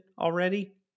already